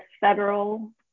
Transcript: federal